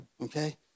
Okay